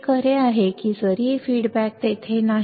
हे खरे आहे जरी अभिप्राय तेथे ठीक नाही